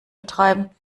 betreiben